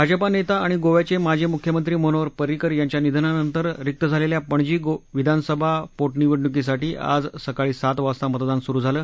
भाजपा नेता आणि गोव्याचे माजी मुख्यमंत्री मनोहर परिंकर यांच्या निधनानंतर रिक्त झालेल्या पणजी विधानसभा पोटनिवडणुकीसाठी आज सकाळी सात वाजता मतदान सुरु झालं